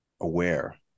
aware